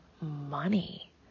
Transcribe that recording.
money